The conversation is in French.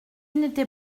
n’étais